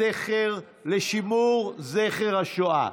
לשימור זכר השואה.